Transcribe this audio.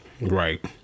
Right